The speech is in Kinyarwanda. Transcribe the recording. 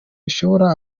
bishora